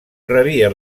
rebia